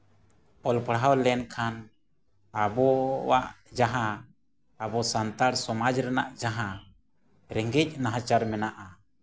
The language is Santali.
ᱚᱞ ᱯᱟᱲᱦᱟᱣ ᱞᱮᱱᱠᱷᱟᱱ ᱟᱵᱚᱣᱟᱜ ᱡᱟᱦᱟᱸ ᱟᱵᱚ ᱥᱟᱱᱛᱟᱲ ᱥᱚᱢᱟᱡᱽ ᱨᱮᱱᱟᱜ ᱡᱟᱦᱟᱸ ᱨᱮᱸᱜᱮᱡ ᱱᱟᱦᱟᱪᱟᱨ ᱢᱮᱱᱟᱜᱼᱟ